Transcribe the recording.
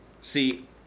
See